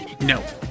no